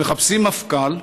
מחפשים מפכ"ל.